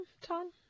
Tom